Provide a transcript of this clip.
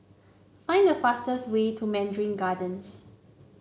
find the fastest way to Mandarin Gardens